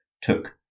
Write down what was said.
took